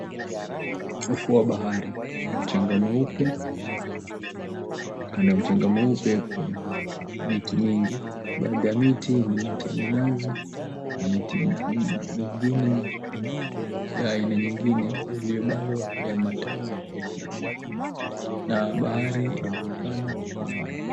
Ufuo wa bahari. Mchanga mweupe. Kando ya mchanga mweupe kuna miti mingi. Baada ya miti ni miti ya minazi na miti nyingine ya ina nyingine iliyo bado ya matawi ya rangi ya kijani na bahari yaonekana kwa mbali.